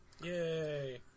Yay